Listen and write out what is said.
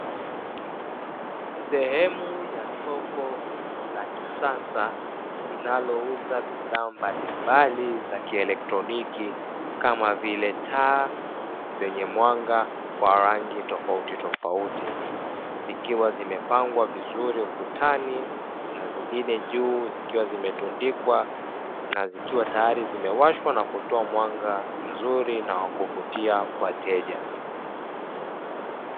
Sehemu ya soko la kisasa linalouza bidhaa mbalimbali za kielektroniki kama vile taa zenye mwanga wa rangi tofauti tofauti, zikiwa zimepangwa vizuri ukutani na zingine juu zikiwa zimetundikwa na zikiwa tayari zimewashwa na kutoa mwanga mzuri na wa kuvutia wateja.